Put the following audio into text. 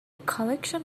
collection